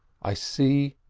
i see,